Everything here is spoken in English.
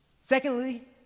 Secondly